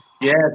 Yes